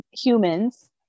humans